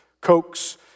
Cokes